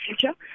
future